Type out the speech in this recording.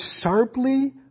sharply